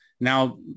now